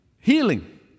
healing